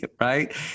right